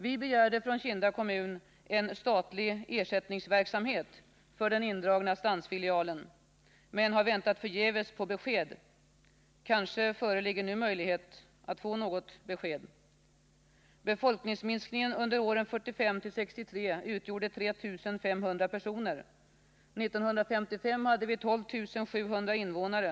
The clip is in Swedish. Vi begärde från Kinda kommun en statlig ersättningsverksamhet för den indragna stansfilialen, men vi har väntat förgäves på besked. Kanske föreligger nu möjlighet att få något besked? Befolkningsminskningen under åren 1945-1963 utgjorde 3 500 personer.